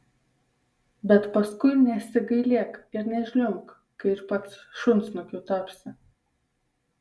bet paskui nesigailėk ir nežliumbk kai ir pats šunsnukiu tapsi